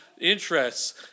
interests